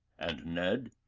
and, ned,